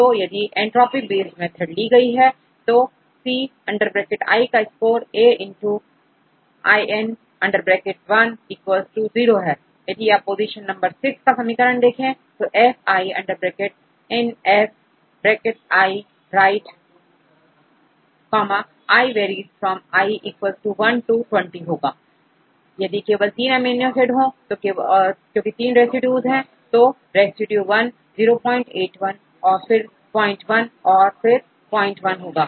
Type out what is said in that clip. तो यदि entropy based method ली जाए तो c is score 1 ln 0 यदि आप पोजीशन नंबर 6 देखें तो समीकरण होगा f ln f right i varies from i 1 to 20 तो यदि केवल 3 अमीनो एसिड हो तो क्योंकि तीन रेसिड्यू है तो रेसिड्यू वन 081 फिर 01 और 01 होगा